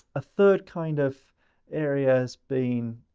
a third kind of area has been